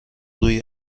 روی